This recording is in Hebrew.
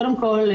קודם כל,